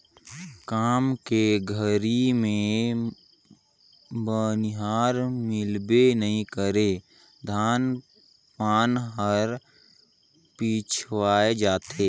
काम के घरी मे बनिहार मिलबे नइ करे धान पान हर पिछवाय जाथे